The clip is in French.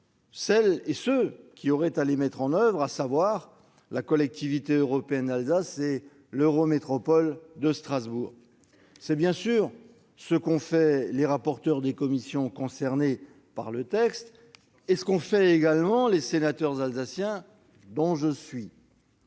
celles et ceux qui auraient à les mettre en oeuvre, à savoir les élus de la Collectivité européenne d'Alsace et de l'Eurométropole de Strasbourg. C'est bien sûr ce qu'ont fait les rapporteurs des commissions concernées par le texte et les sénateurs alsaciens, dont je suis.